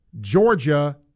Georgia